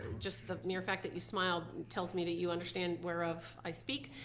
just the mere fact that you smile tells me that you understand where of i speak,